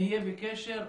נהיה בקשר.